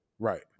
right